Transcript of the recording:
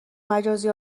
مجازی